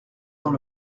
dans